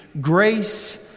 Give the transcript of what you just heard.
grace